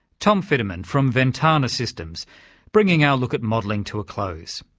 tom fiddaman, from ventana systems bringing our look at modelling to a close.